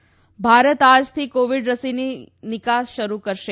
રસીકરણ ભારત આજથી કોવિડ રસીની નિકાસ શરૂ કરશે